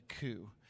coup